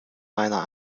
meiner